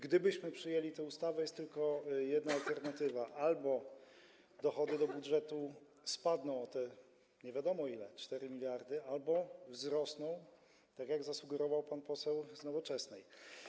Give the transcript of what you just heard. Gdybyśmy przyjęli tę ustawę, jest tylko jedna alternatywa: albo dochody do budżetu spadną o te, nie wiadomo ile, 4 mld, albo wzrosną, tak jak zasugerował pan poseł z Nowoczesnej.